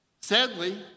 Sadly